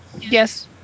Yes